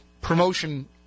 promotion